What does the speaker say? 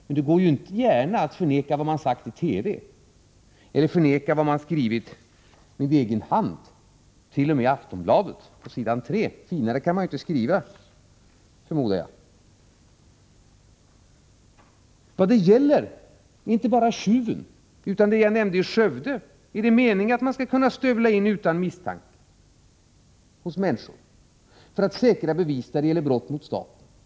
Men det går inte gärna att förneka vad man sagt i TV eller förneka vad man skrivit med egen hand t.o.m. i Aftonbladet, på s.3. Finare kan man inte skriva, förmodar jag. Vad det gäller är inte bara tjuven utan också det som jag nämnde i Skövde. Är det meningen att man utan misstanke om brott skall kunna stövla in hos människor för att säkra bevis när det gäller brott mot staten?